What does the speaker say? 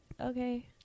okay